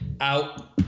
out